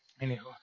Anyhow